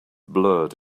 blurred